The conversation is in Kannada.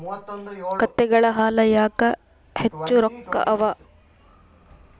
ಕತ್ತೆಗಳ ಹಾಲ ಯಾಕ ಹೆಚ್ಚ ರೊಕ್ಕ ಅವಾ?